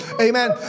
Amen